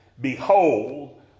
Behold